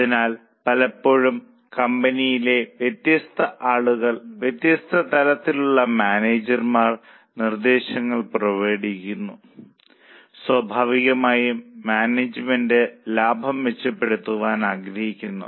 അതിനാൽ പലപ്പോഴും കമ്പനിയിലെ വ്യത്യസ്ത ആളുകൾ വ്യത്യസ്ത തലത്തിലുള്ള മാനേജർമാർ നിർദ്ദേശങ്ങൾ പുറപ്പെടുവിക്കുന്നു സ്വാഭാവികമായും മാനേജ്മെന്റ് ലാഭം മെച്ചപ്പെടുത്താൻ ആഗ്രഹിക്കുന്നു